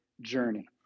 journey